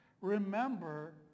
remember